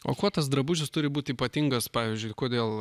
o kuo tas drabužis turi būt ypatingas pavyzdžiui kodėl